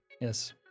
Yes